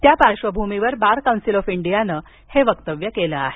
त्या पार्श्वभूमीवर Bar Council of इंडियाने हे वक्तव्य केले आहे